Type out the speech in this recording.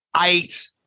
eight